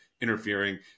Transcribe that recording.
interfering